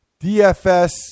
DFS